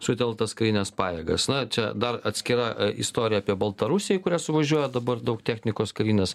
sutelktas karines pajėgas na čia dar atskira istorija apie baltarusiją į kurią suvažiuoja dabar daug technikos karinės